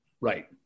Right